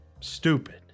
Stupid